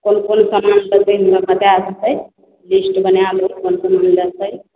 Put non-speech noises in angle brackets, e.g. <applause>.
कोन कोन समान लबै हमरा बता दैतियै लिस्ट बनै <unintelligible> कोन कोन लतै